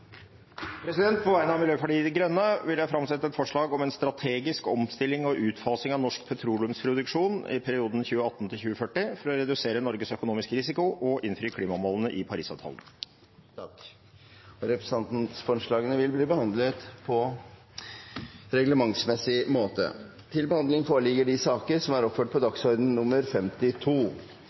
representantforslag. På vegne av meg selv vil jeg framsette et forslag om en strategisk omstilling og utfasing av norsk petroleumsproduksjon i perioden 2018–2040 for å redusere Norges økonomiske risiko og innfri klimamålene i Paris-avtalen. Representantforslagene vil bli behandlet på reglementsmessig måte. Etter ønske fra arbeids- og sosialkomiteen vil presidenten foreslå at taletiden blir begrenset til